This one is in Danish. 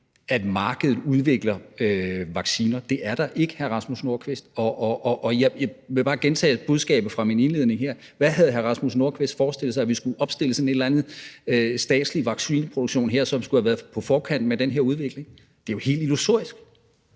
at markedet udvikler vacciner, det er der ikke, vil jeg sige til hr. Rasmus Nordqvist. Og jeg vil bare gentage budskabet fra min indledning her: Hvad havde hr. Rasmus Nordqvist forestillet sig, altså at vi opstiller en eller anden statslig vaccineproduktion her, som skulle have været på forkant med den her udvikling? Det er jo helt illusorisk.